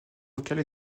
locale